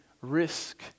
risk